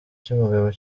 cy’umugabo